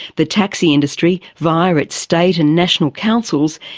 the taxi industry, via its state and national councils,